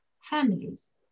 families